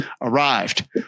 arrived